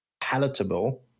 palatable